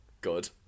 good